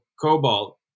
cobalt